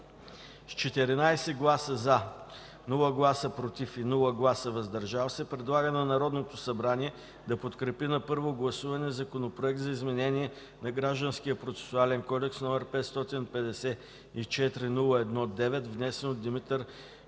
с 14 гласа „за”, без „против” и „въздържал се”, предлага на Народното събрание да подкрепи на първо гласуване Законопроект за изменение на Гражданския процесуален кодекс, № 554-01-9, внесен от Димитър